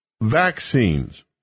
vaccines